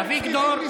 אביגדור.